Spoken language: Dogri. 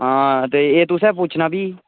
हां ते एह् तुसें पुच्छना फ्ही